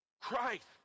Christ